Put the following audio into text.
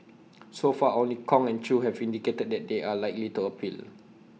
so far only Kong and chew have indicated that they are likely to appeal